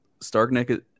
StarkNet